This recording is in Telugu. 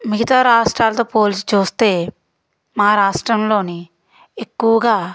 మిగతా రాష్ట్రాలతో పోల్చి చూస్తే మా రాష్ట్రంలో ఎక్కువగా